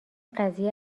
قضیه